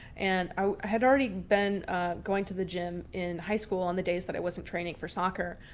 and i had already been going to the gym in high school on the days that i wasn't training for soccer,